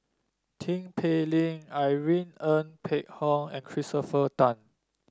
Tin Pei Ling Irene Ng Phek Hoong and Christopher Tan